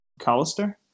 Callister